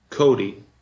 Cody